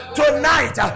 tonight